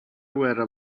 guerra